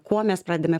kuo mes pradedame